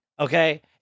Okay